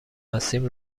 هستیم